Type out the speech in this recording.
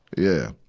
yeah.